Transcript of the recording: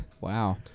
Wow